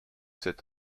sept